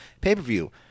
pay-per-view